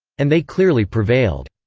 and they clearly prevailed.